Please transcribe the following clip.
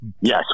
Yes